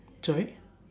sorry